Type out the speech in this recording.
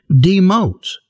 demotes